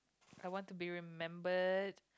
I want to be remembered